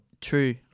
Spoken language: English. True